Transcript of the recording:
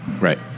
Right